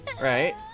right